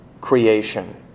creation